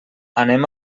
anem